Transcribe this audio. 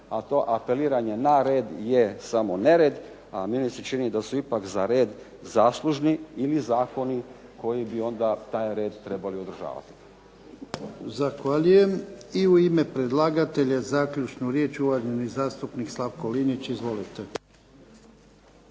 A to apeliranje na red je samo nered, a meni se čini da su ipak za red zaslužni ili zakoni koji bi onda taj red trebali održavati. **Jarnjak, Ivan (HDZ)** Zahvaljujem. I u ime predlagatelja zaključnu riječ zastupnik Slavko Linić. Izvolite.